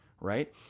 right